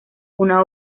una